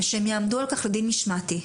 ושהם יעמדו על כך לדין משמעתי.